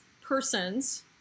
persons